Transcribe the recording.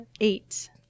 eight